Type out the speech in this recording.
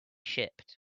shipped